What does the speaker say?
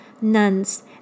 nuns